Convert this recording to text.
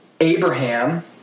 Abraham